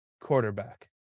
quarterback